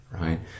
right